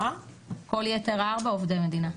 עובדי מדינה.